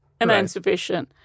emancipation